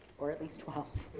or at least twelve